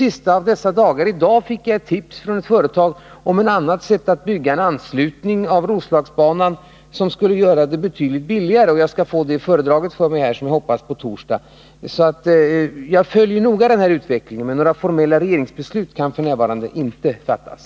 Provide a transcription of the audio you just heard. I dag fick jag ett tips från ett företag om ett annat sätt att bygga en anslutning till Roslagsbanan, som skulle göra det alternativet betydligt billigare. Jag skall få det föredraget för mig, på torsdag, som jag hoppas. Jag följer alltså noga utvecklingen, men några formella regeringsbeslut kan f.n. inte fattas.